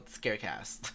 Scarecast